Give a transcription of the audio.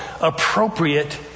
appropriate